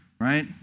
right